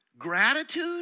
gratitude